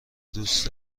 دوست